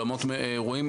אולמות אירועים,